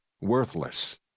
worthless